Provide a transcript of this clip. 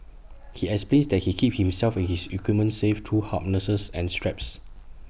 he explains that he keeps himself and his equipment safe through harnesses and straps